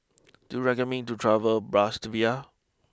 do you recommend me to travel to Bratislava